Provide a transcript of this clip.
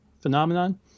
phenomenon